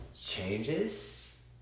changes